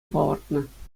палӑртнӑ